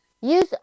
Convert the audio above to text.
Use